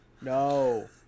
No